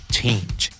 change